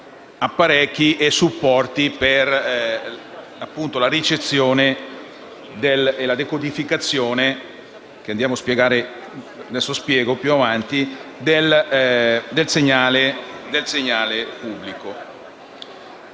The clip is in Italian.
apparecchi e supporti per la ricezione e la decodificazione del segnale pubblico.